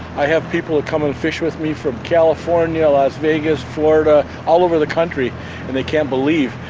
i have people who come and fish with me from california, las vegas, florida all over the country. and they can't believe,